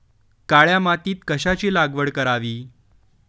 काळ्या मातीत कशाची लागवड करावी?